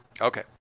Okay